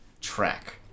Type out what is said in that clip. track